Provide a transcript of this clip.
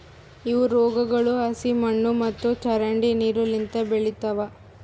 ಇವು ರೋಗಗೊಳ್ ಹಸಿ ಮಣ್ಣು ಮತ್ತ ಚರಂಡಿ ನೀರು ಲಿಂತ್ ಬೆಳಿತಾವ್